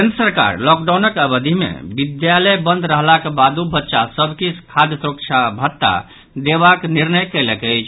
केंद्र सरकार लॉकडाउनक अवधि मे विद्यालय बंद रहलाक बादो बच्चा सभ के खाद्य सुरक्षा भत्ता देबाक निर्णय कयलक अछि